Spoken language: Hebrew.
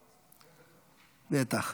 בטח.